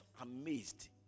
amazed